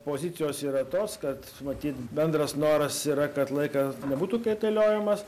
pozicijos yra tos kad matyt bendras noras yra kad laikas nebūtų kaitaliojamas